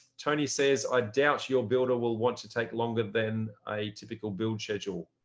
tony says i doubt your builder will want to take longer than a typical build schedule.